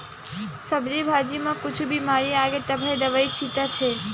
सब्जी भाजी म कुछु बिमारी आगे तभे दवई छितत हे